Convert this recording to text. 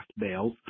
bales